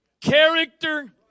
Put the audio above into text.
character